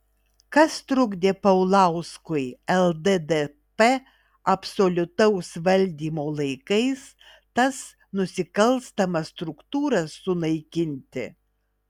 kas trukdė paulauskui lddp absoliutaus valdymo laikais tas nusikalstamas struktūras sunaikinti